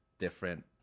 different